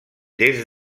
des